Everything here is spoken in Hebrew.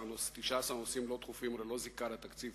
אדמתי".